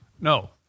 No